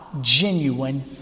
genuine